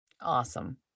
Awesome